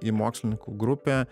į mokslininkų grupę